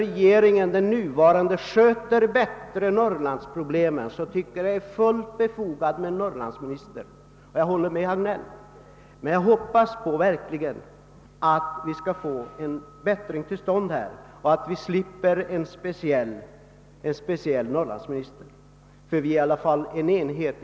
Om inte den nuvarande regeringen sköter norrlandsproblemen bättre, tycker jag att det är fullt befogat med en norrlandsminister, men jag hoppas verkligen att det skall bli en förbättring i detta avseende så att vi slipper få en sådan. Vårt land skall ju ändå vara en enda enhet.